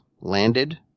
landed